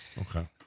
Okay